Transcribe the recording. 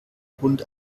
hund